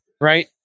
right